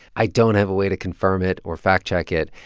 i don't have a way to confirm it or fact-check it.